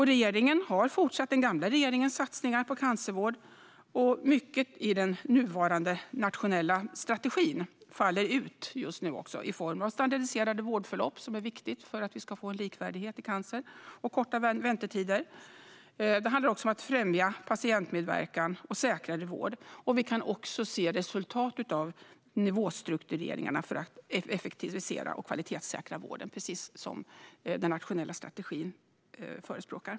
Regeringen har fortsatt den gamla regeringens satsningar på cancervård, och mycket i den nuvarande nationella strategin faller ut i form av standardiserade vårdförlopp som ska ge likvärdighet i cancerbehandling och kortare väntetider. Det handlar också om att främja patientmedverkan och säkrare vård. Vi kan nu se resultat av nivåstruktureringarna för att effektivisera och kvalitetssäkra vården, precis som den nationella strategin förespråkar.